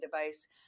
device